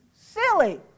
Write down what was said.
silly